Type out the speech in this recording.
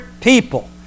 people